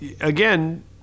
again